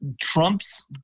Trump's